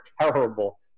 terrible